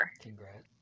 Congrats